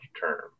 term